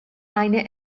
eine